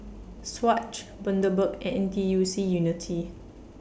Swatch Bundaberg and N T U C Unity